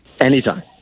Anytime